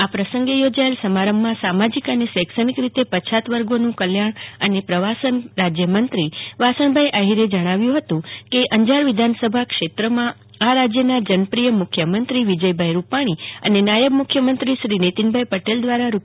આ પ્રસંગે યોજાયેલ સમારંભમાં સામાજિક અને શૈક્ષણિક રીતે પછાત વર્ગોનું કલ્યાણ અને પ્રવાસન રાજ્યમંત્રીશ્રી વાસણભાઇ આહીરે જણાવ્યું કે મને કહેતા આનંદ થાય છે કે અંજાર વિધાનસભા ક્ષેત્રમાં આ રાજ્યના જનપ્રિય મુખ્યમંત્રીશ્રી વિજયભાઈ રૂપાણી અને નાયબ મુખ્યમંત્રી શ્રી નીતિન ભાઈ પટેલ દ્વારા રૂ